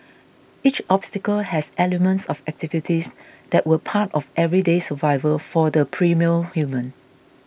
each obstacle has elements of activities that were part of everyday survival for the primal human